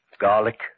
Garlic